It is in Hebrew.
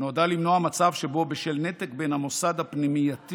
נועדה למנוע מצב שבו בשל נתק בין המוסד הפנימייתי